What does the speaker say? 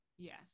Yes